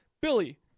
Billy